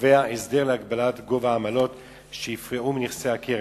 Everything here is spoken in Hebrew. קובע הסדר להגבלת גובה העמלות שייפרעו מנכסי הקרן.